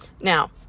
Now